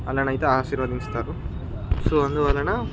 వాళ్ళనైతే ఆశీర్వదించుతారు సో అందువలన